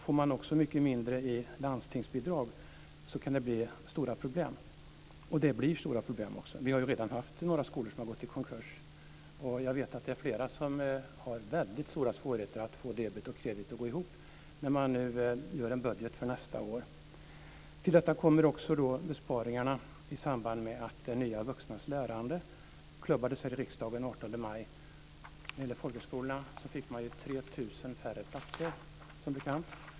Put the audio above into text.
Får man också mycket mindre i landstingsbidrag kan det bli stora problem, och det blir det också! Några skolor har ju redan gått i konkurs. Jag vet att det är flera som har väldigt stora svårigheter att få debet och kredit att gå ihop när man nu gör en budget för nästa år. Till detta kommer besparingarna i samband med att det nya Vuxnas lärande klubbades här i riksdagen den 18 maj. Folkhögskolorna fick som bekant 3 000 färre platser.